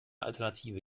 alternative